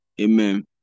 Amen